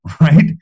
right